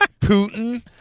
Putin